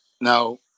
now